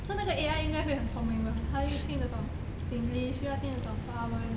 so 那个 A_I 应该会很聪明吧它又听得懂 singlish 又要听得懂华文